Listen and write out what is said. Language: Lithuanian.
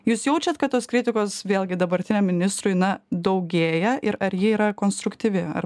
jūs jaučiat kad tos kritikos vėlgi dabartiniam ministrui na daugėja ir ar ji yra konstruktyvi ar